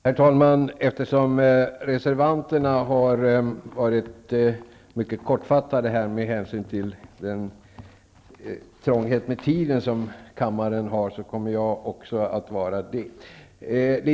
Herr talman! Eftersom reservanterna har varit mycket kortfattade med hänsyn den trånghet med tiden som kammaren har, kommer också jag att vara det.